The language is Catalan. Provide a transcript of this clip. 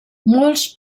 molts